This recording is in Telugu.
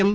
ఎం